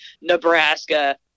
Nebraska